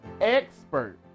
expert